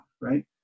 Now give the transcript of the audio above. right